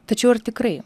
tačiau ar tikrai